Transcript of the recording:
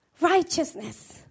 Righteousness